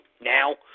now